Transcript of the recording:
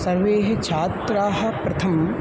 सर्वेः छात्राः प्रथमम्